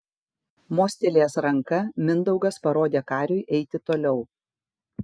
mostelėjęs ranka mindaugas parodė kariui eiti toliau